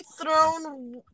thrown